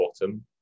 bottom